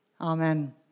Amen